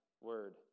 word